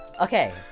Okay